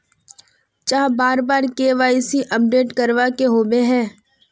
चाँह बार बार के.वाई.सी अपडेट करावे के होबे है?